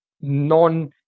non